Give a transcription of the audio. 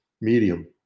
Medium